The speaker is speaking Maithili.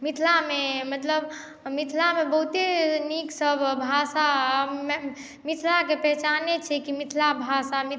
मिथिला मे मतलब मिथिला मे बहुते नीक सब भाषा मिथिला के पहचाने छै की मिथिला भाषा